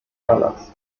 palas